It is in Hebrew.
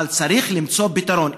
אבל צריך למצוא פתרון.